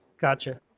Gotcha